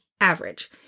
average